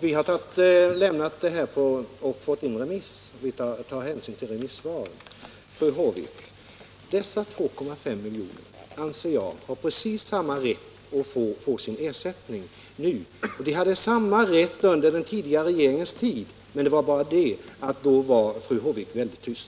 Vi har sänt ut denna fråga på remiss, och vi har tagit hänsyn till de inkomna remissvaren. Och, fru Håvik, dessa 2,5 miljoner människor anser jag ha precis samma rätt att få sin ersättning som de övriga — och den rätten hade de också under den förra regeringens tid. Det var bara det att då var fru Håvik väldigt tyst.